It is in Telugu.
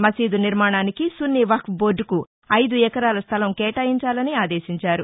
మసీదు నిర్శాణానికి సున్ని వక్ప్ బోర్డుకు ఐదు ఎకరాల స్లలం కేటాయించాలని ఆదేశించారు